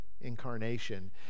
incarnation